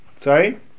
Sorry